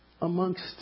amongst